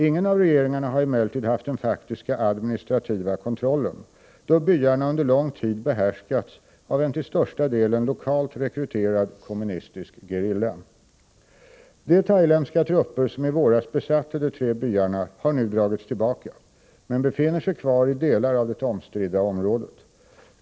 Ingen av regeringarna har emellertid haft den faktiska administrativa kontrollen, då byarna under lång tid behärskats av en till största delen lokalt rekryterad kommunistisk gerilla. De thailändska trupper som i våras besatte de tre byarna har nu dragits tillbaka men befinner sig kvar i delar av det omstridda området.